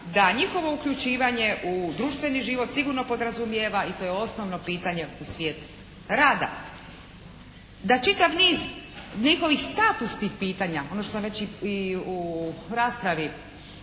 da njihovo uključivanje u društveni život sigurno podrazumijeva i to je osnovno pitanje u svijet rada. Da čitav niz njihovih statusnih pitanja, ono što sam već i u raspravi